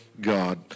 God